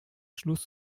schluss